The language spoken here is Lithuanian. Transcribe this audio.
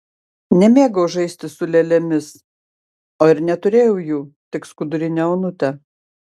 nemėgau žaisti su lėlėmis o ir neturėjau jų tik skudurinę onutę